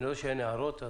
אני רואה שאין הערות.